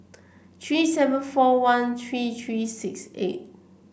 three seven four one three three six eight